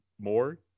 more